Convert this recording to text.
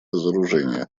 разоружения